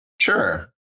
Sure